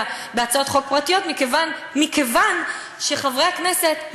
בהצעות חוק פרטיות: מכיוון שחברי הכנסת,